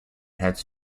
heads